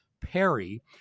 Perry